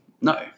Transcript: No